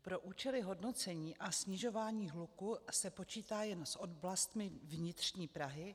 Pro účely hodnocení a snižování hluku se počítá jen s oblastmi vnitřní Prahy.